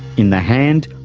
in the hand,